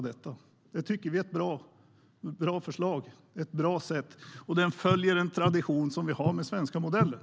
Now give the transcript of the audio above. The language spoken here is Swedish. Det tycker vi är ett bra förslag och ett bra sätt som följer den tradition vi har i den svenska modellen.